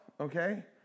Okay